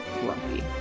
grumpy